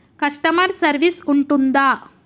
Customer service ఉంటుందా?